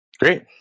Great